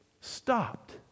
stopped